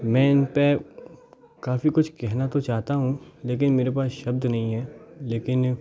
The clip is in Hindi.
मैं इन पर काफ़ी कुछ कहना तो चाहता हूँ लेकिन मेरे पास शब्द नहीं हैं लेकिन